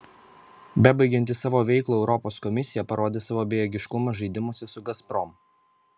bebaigianti savo veiklą europos komisija parodė savo bejėgiškumą žaidimuose su gazprom